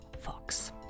Fox